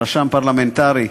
רשם פרלמנטרי,